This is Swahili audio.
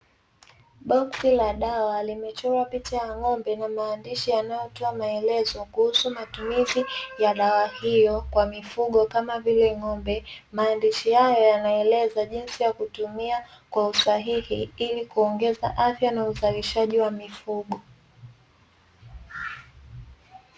Boksi la dawa limechorwa picha ya ngo'mbe, na maandishi yanayotoa maelekezo kuhusu matumizi ya dawa hiyo kwa mifugo, kama vile ng'ombe. Maandishi hayo yanaeleza jinsi ya kutumia kwa usahihi ili kuongeza afya na uzalishaji wa mifugo.